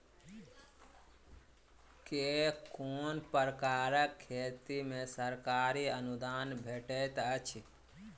केँ कुन प्रकारक खेती मे सरकारी अनुदान भेटैत अछि?